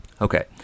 okay